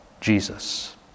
Jesus